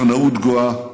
קנאות גואה,